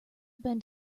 bend